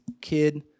kid